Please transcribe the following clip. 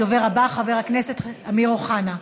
הדובר הבא, חבר הכנסת אמיר אוחנה.